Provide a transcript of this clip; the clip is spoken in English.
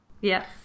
Yes